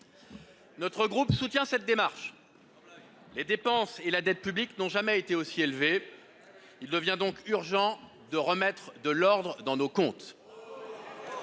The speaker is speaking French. Notre groupe soutient cette démarche. Les dépenses et la dette publiques n'ont jamais été aussi élevées. Il devient urgent de remettre de l'ordre dans nos comptes.